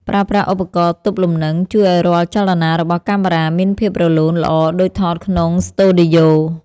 ប្រើប្រាស់ឧបករណ៍ទប់លំនឹងជួយឱ្យរាល់ចលនារបស់កាមេរ៉ាមានភាពរលូនល្អដូចថតក្នុងស្ទូឌីយោ។